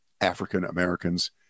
African-Americans